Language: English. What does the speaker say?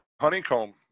honeycomb